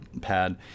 pad